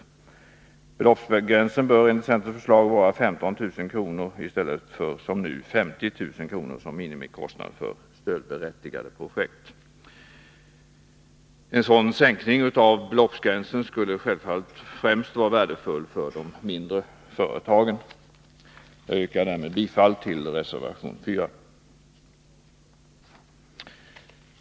Beloppsgränsen bör enligt centerns förslag vara 15 000 kr. i stället för som nu 50 000 kr. som minimikostnad för ett stödberättigat projekt. En sådan sänkning av beloppsgränsen skulle självfallet främst vara värdefull för de mindre företagen. Jag yrkar bifall till reservation 4.